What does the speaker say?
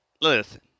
listen